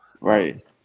right